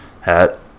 hat